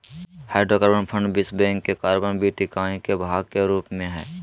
hydrocarbon fund विश्व bank के carbon वित्त इकाई के भाग के रूप में हइ